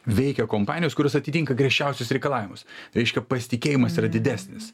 veikia kompanijos kurios atitinka griežčiausius reikalavimus reiškia pasitikėjimas yra didesnis